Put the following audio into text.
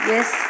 Yes